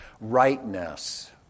rightness